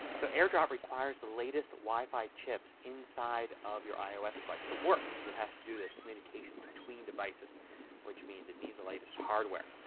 so airdrop requires the latest wifi chips inside of your ios device to work because it has to do this communication between devices which means it needs the latest hardware.